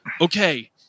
okay